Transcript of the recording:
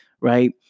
right